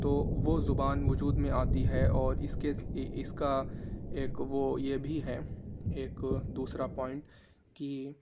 تو وہ زبان وجود میں آتی ہے اور اس کا ایک وہ یہ بھی ہے ایک دوسرا پوائنٹ کہ